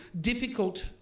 difficult